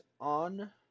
on